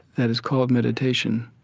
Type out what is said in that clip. that is called meditation,